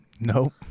Nope